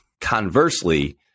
Conversely